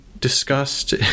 discussed